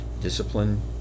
discipline